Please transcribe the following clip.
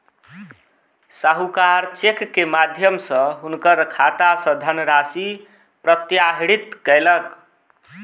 साहूकार चेक के माध्यम सॅ हुनकर खाता सॅ धनराशि प्रत्याहृत कयलक